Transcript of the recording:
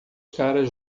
caras